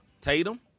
Tatum